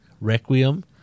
Requiem